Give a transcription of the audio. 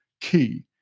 Key